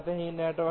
इस नेटवर्क पर